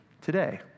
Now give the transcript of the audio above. today